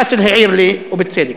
באסל העיר לי, ובצדק.